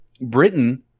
Britain